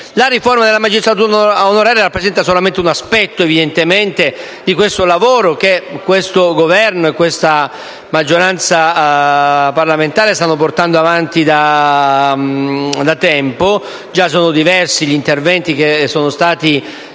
La riforma della magistratura onoraria rappresenta solamente un aspetto del lavoro che questo Governo e questa maggioranza parlamentare stanno portando avanti da tempo. Sono già diversi gli interventi previsti